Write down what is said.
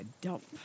dump